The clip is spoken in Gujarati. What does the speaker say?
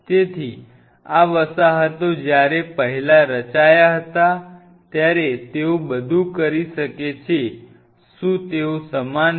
તેથી આ વસાહતો જ્યારે પહેલા રચાયા હતા ત્યારે તેઓ બધું કરી શકે છે શું તેઓ સમાન છે